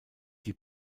die